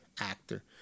actor